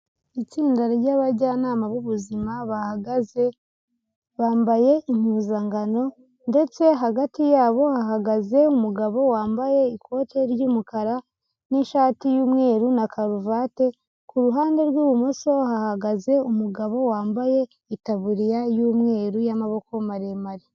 Itsinda ry'abajyanama b'ubuzima bahagaze bambaye impuzangano ndetse hagati yabo hahagaze umugabo wambaye ikote ry'umukara n'ishati y'umweru na karuvati, ku ruhande rw'ibumoso hahagaze umugabo wambaye ikaburiya y'umweru y'amaboko maremare.